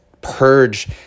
purge